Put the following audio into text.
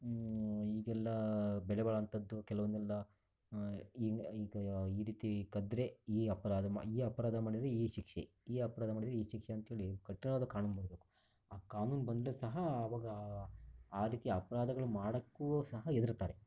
ಈಗೆಲ್ಲ ಬೆಲೆಬಾಳುವಂಥದ್ದು ಕೆಲವೊಂದೆಲ್ಲ ಈಗ ಈ ತ ಈ ರೀತಿ ಕದ್ದರೆ ಈ ಅಪರಾಧ ಮಾಡಿ ಈ ಅಪರಾಧ ಮಾಡಿದರೆ ಈ ಶಿಕ್ಷೆ ಈ ಅಪರಾಧ ಮಾಡಿದರೆ ಈ ಶಿಕ್ಷೆ ಅಂಥೇಳಿ ಕಠಿಣವಾದ ಕಾನೂನು ಬರಬೇಕು ಆ ಕಾನೂನು ಬಂದರೆ ಸಹ ಆವಾಗ ಆ ರೀತಿ ಅಪರಾಧಗಳು ಮಾಡೋಕ್ಕೂ ಸಹ ಹೆದರ್ತಾರೆ